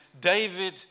David